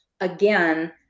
again